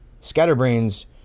Scatterbrains